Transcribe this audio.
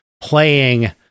playing